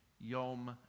Yom